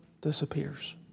disappears